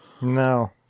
no